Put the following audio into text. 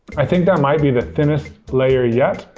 i think that might be the thinnest layer yet.